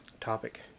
topic